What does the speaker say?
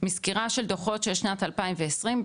מסקירה של דוחות של שנת 2020,